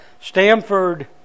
Stanford